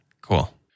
Cool